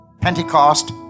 Pentecost